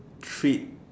treat